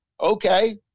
okay